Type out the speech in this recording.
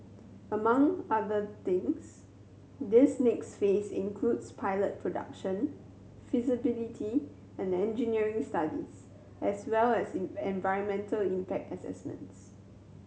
among other things this next phase includes pilot production feasibility and engineering studies as well as environmental impact assessments